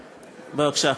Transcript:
בבקשה,